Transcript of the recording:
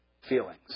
feelings